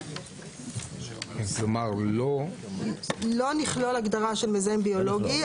לא נכלול הגדרה של "מזהם ביולוגי",